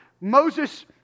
Moses